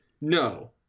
No